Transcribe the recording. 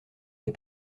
des